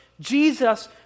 Jesus